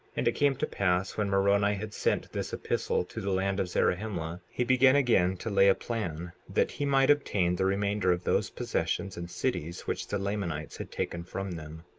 and it came to pass when moroni had sent this epistle to the land of zarahemla, he began again to lay a plan that he might obtain the remainder of those possessions and cities which the lamanites had taken from them.